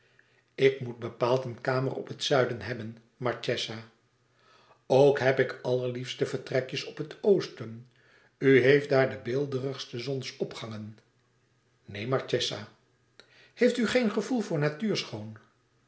ik moet bepaald een kamer op het zuiden hebben marchesa ook heb ik allerliefste vertrekjes op het oosten u heeft daar de beelderigste zonsopgangen neen marchesa heeft u geen gevoel voor